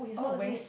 oh wait